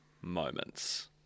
moments